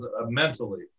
mentally